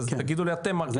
תגידו לי אתם.